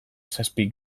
zazpi